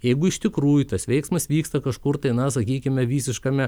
jeigu iš tikrųjų tas veiksmas vyksta kažkur tai na sakykime visiškame